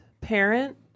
parent